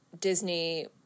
Disney